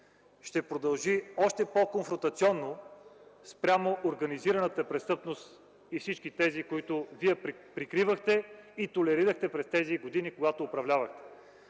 ще продължим още по-конфронтационно спрямо организираната престъпност и всички тези, които вие прикривахте и толерирахте през тези години, в които управлявахте.